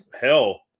Hell